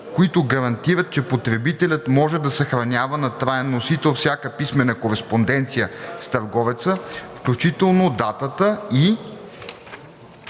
които гарантират, че потребителят може да съхранява на траен носител всяка писмена кореспонденция с търговеца, включително датата и